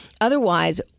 otherwise